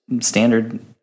standard